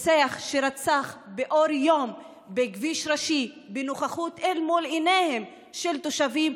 רוצח שרצח באור יום בכביש ראשי אל מול עיניהם של תושבים,